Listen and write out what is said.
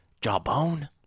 Jawbone